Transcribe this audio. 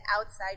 outside